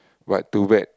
but to bet